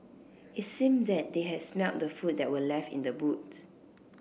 it seemed that they had smelt the food that were left in the boot